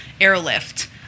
airlift